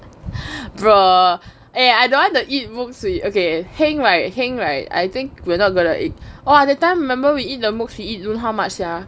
bruh eh I don't want to eat mooks okay heng right heng right I think we're not going to eat !wah! that time remember we eat the mooks we eat don't know how much sia